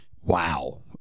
wow